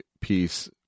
piece